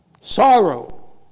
sorrow